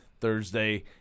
Thursday